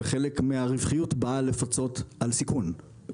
וחלק מהרווחיות באה לפצות על סיכון,